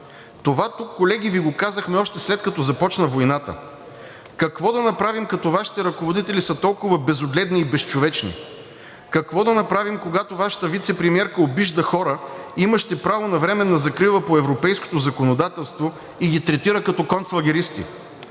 Това тук, колеги, Ви го казахме още след като започна войната. Какво да направим, като Вашите ръководители са толкова безогледни и безчовечни, какво да направим, когато Вашата вицепремиерка обижда хора, имащи право на временна закрила по европейското законодателство, и ги третира като концлагеристи?